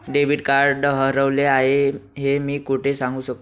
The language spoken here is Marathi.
डेबिट कार्ड हरवले आहे हे मी कोठे सांगू शकतो?